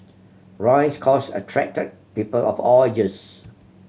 Roy's cause attracted people of all ages